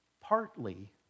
partly